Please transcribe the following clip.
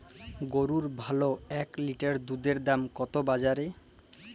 গরুর ভালো এক লিটার দুধের দাম কত বাজারে?